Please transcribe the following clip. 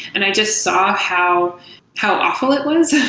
and i just saw how how awful it was,